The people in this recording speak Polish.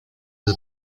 bez